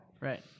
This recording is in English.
Right